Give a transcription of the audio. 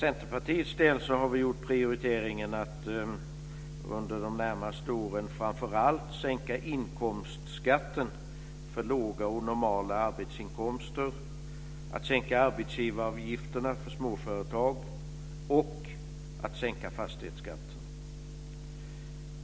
Centerpartiet har gjort den prioriteringen att under de närmaste åren framför allt sänka inkomstskatten för låga och normala arbetsinkomster, att sänka arbetsgivaravgifterna för småföretag och att sänka fastighetsskatten.